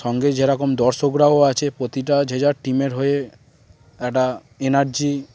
সঙ্গে যেরকম দর্শকরাও আছে প্রতিটা যে যার টিমের হয়ে একটা এনার্জি